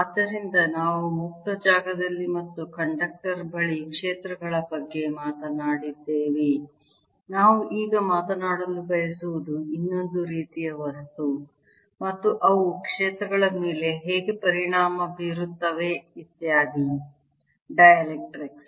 ಆದ್ದರಿಂದ ನಾವು ಮುಕ್ತ ಜಾಗದಲ್ಲಿ ಮತ್ತು ಕಂಡಕ್ಟರ್ ಬಳಿ ಕ್ಷೇತ್ರಗಳ ಬಗ್ಗೆ ಮಾತನಾಡಿದ್ದೇವೆ ನಾವು ಈಗ ಮಾತನಾಡಲು ಬಯಸುವುದು ಇನ್ನೊಂದು ರೀತಿಯ ವಸ್ತು ಮತ್ತು ಅವು ಕ್ಷೇತ್ರಗಳ ಮೇಲೆ ಹೇಗೆ ಪರಿಣಾಮ ಬೀರುತ್ತವೆ ಇತ್ಯಾದಿ ಡೈಎಲೆಕ್ಟ್ರಿಕ್ಸ್